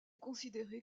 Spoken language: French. considéré